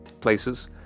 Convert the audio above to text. places